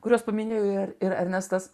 kuriuos paminėjo ir ir ernestas